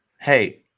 Hey